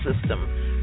system